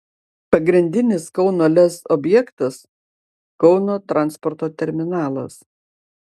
pagrindinis kauno lez objektas kauno transporto terminalas